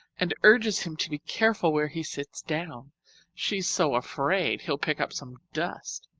and urges him to be careful where he sits down she is so afraid he will pick up some dust.